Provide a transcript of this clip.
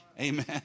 Amen